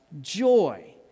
joy